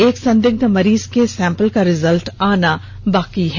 एक संदिग्ध मरीज के सैम्पल का रिजल्ट आना बाकी है